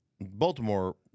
Baltimore